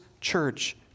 church